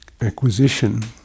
acquisition